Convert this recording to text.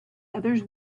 others